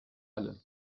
alle